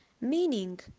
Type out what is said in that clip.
Meaning